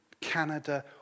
Canada